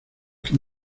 que